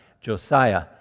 Josiah